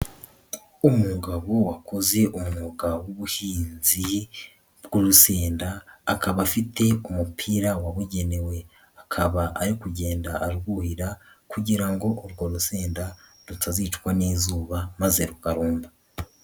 Umugabo wakoze umwuga w'ubuhinzi bw'urusenda akaba afite umupira wabugenewe, akaba ari kugenda arwuhira kugira ngo urwo rusenda rutazicwa n'izuba maze rukarumba.